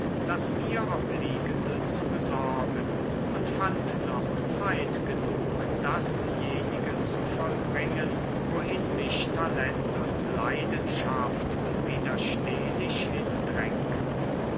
das mir obliegende zu besorgen und fand noch zeit genug dasjenige zu vollbringen wohin mich talent und leidenschaft unwiderstehlich